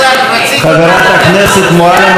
חברת הכנסת מועלם-רפאלי,